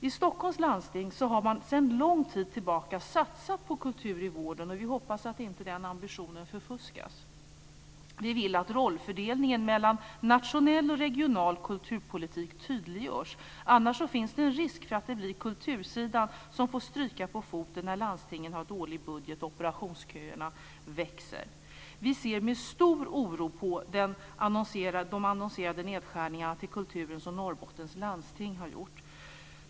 I Stockholms landsting har man sedan lång tid tillbaka satsat på kultur i vården. Vi hoppas att den ambitionen inte förfuskas. Vi vill att rollfördelningen mellan nationell och regional kulturpolitik tydliggörs. Annars finns det en risk för att det blir kultursidan som får stryka på foten när landstingen har dålig budget och operationsköerna växer. Vi ser med stor oro på de annonserade nedskärningarna till kulturen som Norrbottens landsting har gjort.